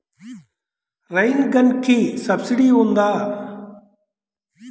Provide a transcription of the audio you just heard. Rain గన్కి subsidy ఉందా?